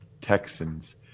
Texans